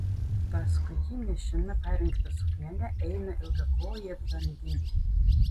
paskui jį nešina parinkta suknele eina ilgakojė blondinė